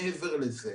מעבר לזה,